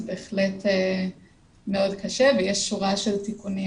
זה בהחלט מאוד קשה ויש שורה של תיקונים